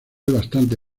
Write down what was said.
bastante